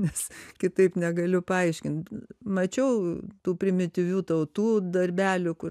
nes kitaip negaliu paaiškint mačiau tų primityvių tautų darbelių kur